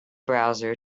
browser